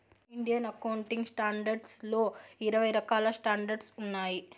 Indian accounting standards లో ఇరవై రకాల స్టాండర్డ్స్ ఉన్నాయి